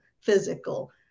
physical